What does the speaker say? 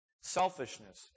Selfishness